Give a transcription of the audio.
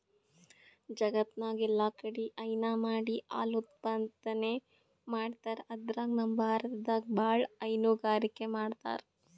ಜಗತ್ತ್ನಾಗ್ ಎಲ್ಲಾಕಡಿ ಹೈನಾ ಮಾಡಿ ಹಾಲ್ ಉತ್ಪಾದನೆ ಮಾಡ್ತರ್ ಅದ್ರಾಗ್ ನಮ್ ಭಾರತದಾಗ್ ಭಾಳ್ ಹೈನುಗಾರಿಕೆ ಮಾಡ್ತರ್